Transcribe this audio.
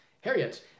Harriet